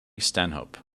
stanhope